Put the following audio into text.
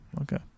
Okay